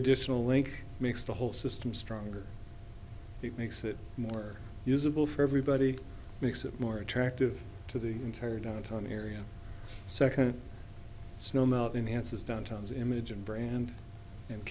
additional link makes the whole system stronger it makes it more usable for everybody makes it more attractive to the entire downtown area second snow melt enhanced as downtowns image and brand and